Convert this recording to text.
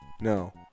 No